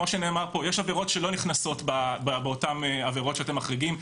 יש עבירות שלא נכנסות באותן עבירות שאתם מחריגים,